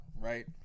Right